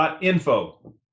.info